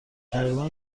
تقریبا